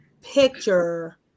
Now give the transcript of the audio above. picture